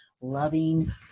loving